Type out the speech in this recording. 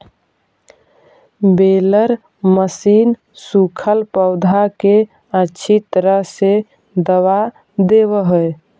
baler machine सूखल पौधा के अच्छी तरह से दबा देवऽ हई